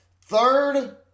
third